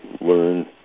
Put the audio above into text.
learn